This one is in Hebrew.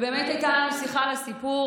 באמת הייתה לנו שיחה על הסיפור